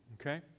okay